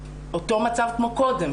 אותו מצב כמו קודם.